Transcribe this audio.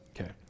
Okay